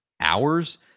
hours